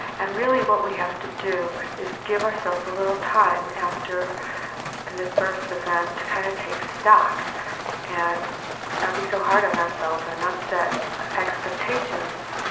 and really, what we have to do is give ourselves a little time after an adverse event, to kind of take stock and not be so hard on ourselves, or not set expectations,